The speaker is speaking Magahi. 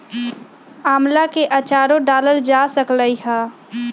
आम्ला के आचारो डालल जा सकलई ह